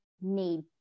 need